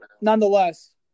nonetheless